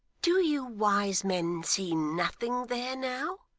do you wise men see nothing there, now